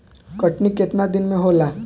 कटनी केतना दिन मे होला?